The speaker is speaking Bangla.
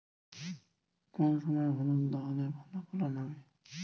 কোন সময় হলুদ লাগালে ভালো ফলন হবে?